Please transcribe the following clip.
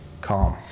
calm